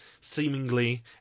seemingly